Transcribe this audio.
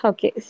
Okay